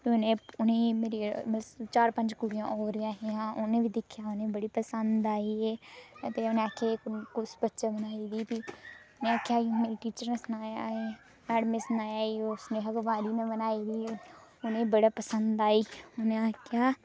उनेंगी मेरी मतलब चार पंज कुडियां होर बी ऐहियां उ'नें बी दिक्खेआ उ'नेंगी बड़ी पसंद आई ऐ ते उ'नें आखेआ कुस बच्चे बनाई दी ते फ्ही उ'नें आखेआ ते टीचर ने सनाया कि मैडम ने सनाया ऐ ओह् सनेहा कुमारी ने बनाई दी उ'नेंगी बड़ा पसंद आया उ'नें आखेआ